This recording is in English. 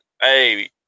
Hey